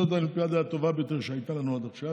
זו האולימפיאדה הטובה ביותר שהייתה לנו עד עכשיו.